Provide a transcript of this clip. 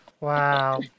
Wow